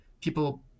people